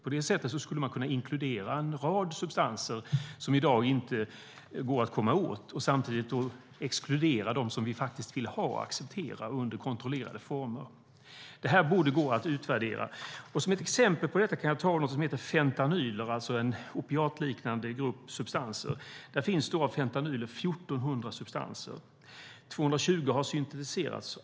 På det sättet skulle man kunna inkludera en rad substanser som i dag inte går att komma åt och samtidigt exkludera dem som vi faktiskt vill ha och acceptera under kontrollerade former. Detta borde gå att utvärdera. Som ett exempel på detta kan jag ta något som heter fentanyler, en grupp opiatliknande substanser. Det finns teoretiskt 1 400 substanser av fentanyler.